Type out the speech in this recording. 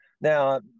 Now